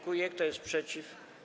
Kto jest przeciw?